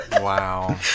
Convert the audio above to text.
Wow